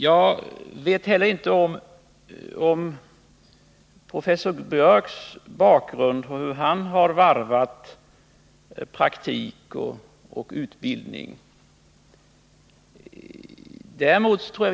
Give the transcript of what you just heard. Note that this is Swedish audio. Jag känner inte till professor Biörcks bakgrund, hur han varvat praktik och utbildning.